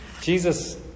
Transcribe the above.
Jesus